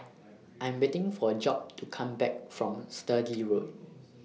I Am waiting For Job to Come Back from Sturdee Road